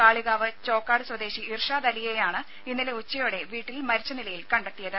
കാളികാവ് ചോക്കാട് സ്വദേശി ഇർഷാദ് അലിയെയാണ് ഇന്നലെ ഉച്ചയോടെ വീട്ടിൽ മരിച്ച നിലയിൽ കണ്ടെത്തിയത്